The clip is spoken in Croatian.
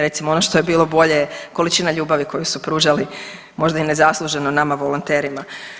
Recimo ono što je bilo bolje količina ljubavi koju su pružali možda i nezasluženo nama volonterima.